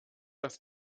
das